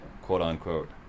quote-unquote